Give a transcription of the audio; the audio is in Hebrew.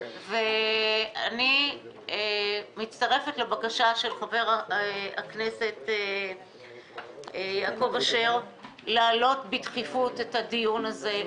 אני מצטרפת לבקשת חבר הכנסת יעקב אשר להעלות בדחיפות את הדיון הזה,